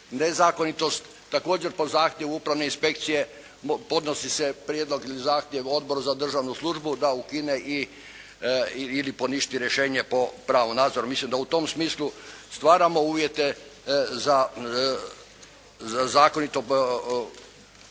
nezakonitost, također po zahtjevu upravne inspekcije podnosi se prijedlog ili zahtjev Odboru za državnu službu da ukine ili poništi rješenje po pravu nadzora. Mislim da u tom smislu stvaramo uvjete za zakonito postupanje